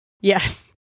Yes